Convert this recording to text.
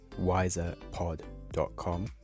wiserpod.com